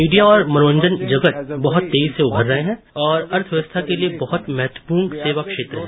media और मनोरंजन जगत बहुत तेजी से उभर रहे हैं और अर्थव्यवस्था के लिए बहुत महत्वपूर्ण सेवा क्षेत्र है